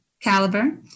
caliber